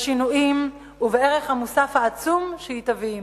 בשינויים ובערך המוסף העצום שהיא תביא עמה.